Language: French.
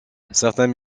certains